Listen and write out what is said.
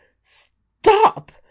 stop